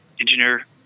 engineer